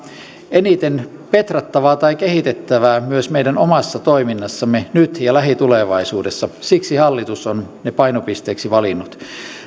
eniten petrattavaa tai kehitettävää myös meidän omassa toiminnassamme nyt ja lähitulevaisuudessa siksi hallitus on ne painopisteiksi valinnut